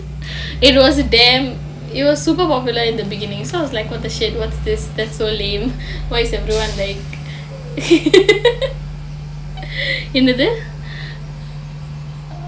it was damn it was super popular in the beginning so I was like what the shit what's this that's so lame why is everyone like என்னாது:ennaathu